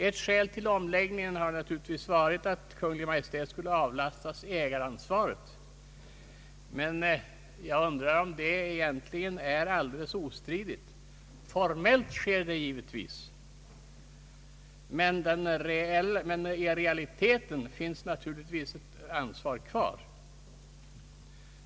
Ett skäl till omläggningen har naturligtvis varit att Kungl. Maj:t skulle avlastas ägaransvaret, men jag undrar om det egentligen är helt ostridigt. Formellt sker visserligen en avlastning, men i realiteten finns naturligtvis ett ansvar kvar.